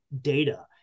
data